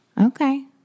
Okay